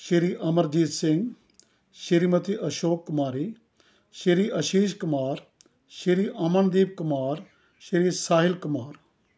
Shri Amarjeet Singh Shrimati Ashok Kumari Shri Ashish Kumar Shri Amandeep Kumar Shri Sahil Kumar